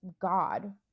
god